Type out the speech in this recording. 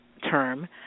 term